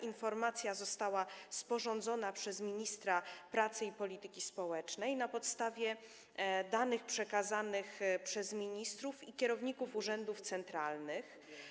Informacje zostały sporządzone przez ministra pracy i polityki społecznej na podstawie danych przekazanych przez ministrów i kierowników urzędów centralnych.